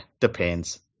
Depends